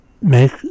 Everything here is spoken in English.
make